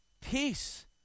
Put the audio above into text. peace